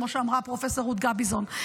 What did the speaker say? כמו שאמרה פרופ' רות גביזון.